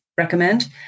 recommend